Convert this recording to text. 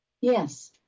Yes